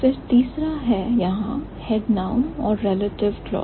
फिर तीसरा है यहां head noun और relative clause